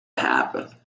happen